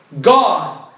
God